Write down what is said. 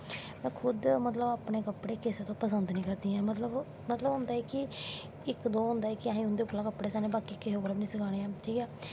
कुश मतलव कुसे दे कपड़े पसंद नी करदियां न मतलव इक ते ओह् होंदा ऐ कि असैं उंदे कोला दा कपड़े स्यानें किसे कोला दा नी सिलानें हैन न ठीक ऐ